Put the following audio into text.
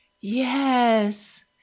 Yes